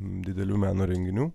didelių meno renginių